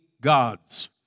gods